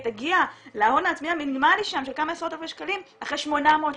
היא תגיע להון העצמי המינימלי שם של כמה עשרות אלפי שקלים אחרי 800 שנה,